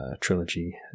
trilogy